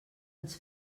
ens